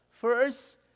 First